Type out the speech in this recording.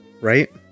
Right